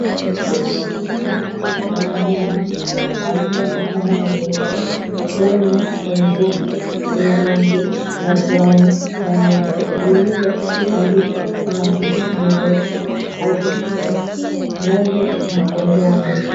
Dawa ya wanyama wanao umwa, ikiwemo kwenye boksi lenye rangi ya kahawia na nyeupe lililo andikwa maandishi meusi, akichorwa ng'ombe na kondoo nje.